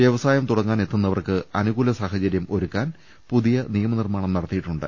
വ്യവസായം തുടങ്ങാനെത്തുന്നവർക്ക് അനുകൂല സാഹചരൃം ഒരുക്കാൻ പുതിയ നിയമനിർമ്മാണം നടത്തിയിട്ടു ണ്ട്